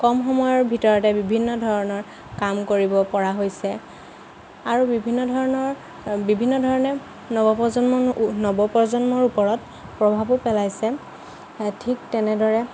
কম সময়ৰ ভিতৰতে বিভিন্ন ধৰণৰ কাম কৰিব পৰা হৈছে আৰু বিভিন্ন ধৰণৰ বিভিন্ন ধৰণে নৱপ্ৰজন্ম নৱপ্ৰজন্মৰ ওপৰত প্ৰভাৱো পেলাইছে ঠিক তেনেদৰে